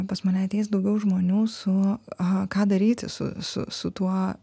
pas mane ateis daugiau žmonių su aha ką daryti su su su tuo